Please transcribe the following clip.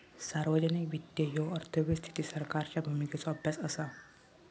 सार्वजनिक वित्त ह्यो अर्थव्यवस्थेतील सरकारच्या भूमिकेचो अभ्यास असा